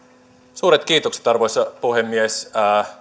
suuret kiitokset arvoisa puhemies